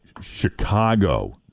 Chicago